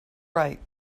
right